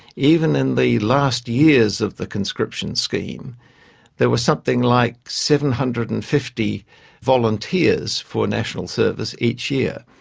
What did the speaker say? even in the last years of the conscription scheme there were something like seven hundred and fifty volunteers for national service each year.